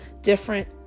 different